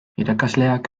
irakasleak